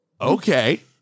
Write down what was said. okay